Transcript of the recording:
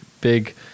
big